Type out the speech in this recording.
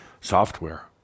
software